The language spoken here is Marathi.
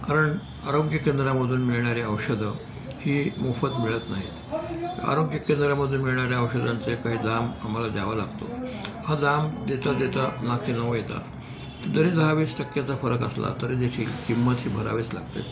कारण आरोग्य केंद्रामधून मिळणारी औषधं ही मोफत मिळत नाहीत आरोग्य केंद्रामधून मिळणाऱ्या औषधांचे काही दाम आम्हाला द्यावा लागतो हा दाम देता देता नाकीनऊ येतात जरी दहा वीस टक्क्याचा फरक असला तरी देखील किंमत ही भरावीच लागते